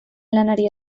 lanari